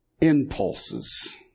impulses